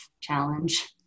challenge